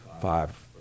five